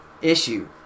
issue